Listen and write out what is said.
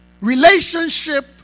Relationship